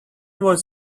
was